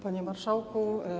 Panie Marszałku!